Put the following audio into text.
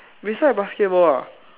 beside basketball ah